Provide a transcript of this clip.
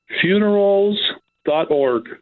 Funerals.org